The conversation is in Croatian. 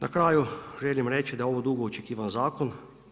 Na kraju želim reći da je ovo dugo očekivan zakon.